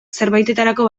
zerbaitetarako